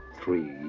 Three